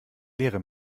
leere